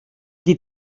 qui